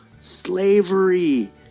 slavery